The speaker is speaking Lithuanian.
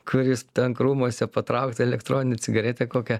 kuris ten krūmuose patraukti elektroninę cigaretę kokia